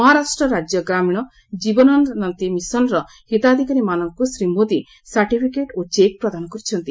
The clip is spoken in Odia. ମହାରାଷ୍ଟ୍ର ରାଜ୍ୟ ଗ୍ରାମୀଣ ଜୀବନୋନ୍ନତି ମିଶନର ହିତାଧିକାରୀମାନଙ୍କୁ ଶ୍ରୀ ମୋଦି ସାର୍ଟିଫିକେଟ୍ ଓ ଚେକ୍ ପ୍ରଦାନ କରିଛନ୍ତି